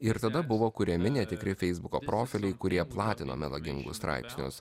ir tada buvo kuriami netikri feisbuko profiliai kurie platino melagingus straipsnius